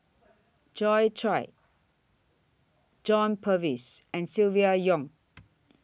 Joi Chua John Purvis and Silvia Yong